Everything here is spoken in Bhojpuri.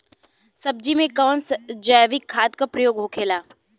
सब्जी में कवन जैविक खाद का प्रयोग होखेला?